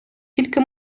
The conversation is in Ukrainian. тільки